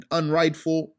unrightful